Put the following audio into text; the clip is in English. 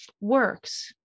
works